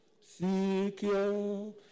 secure